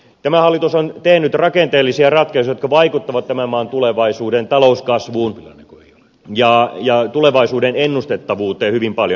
tämä hallitus on tehnyt rakenteellisia ratkaisuja jotka vaikuttavat tämän maan tulevaisuuden talouskasvuun ja tulevaisuuden ennustettavuuteen hyvin paljon